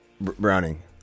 Browning